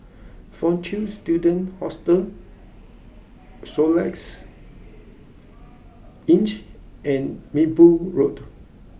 Fortune Students Hostel Soluxe inch and Minbu Road